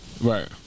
Right